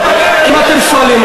מה תעשה אתם?